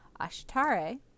Ashitare